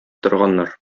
торганнар